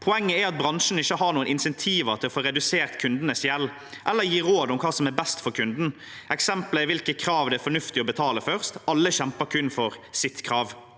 «Poenget er at bransjen ikke har noen incentiver til å få redusert kundens gjeld. Eller gi råd om hva som er best for kunden, eksempel hvilke krav det er fornuftig å betale først. Alle kjemper kun for sitt krav.»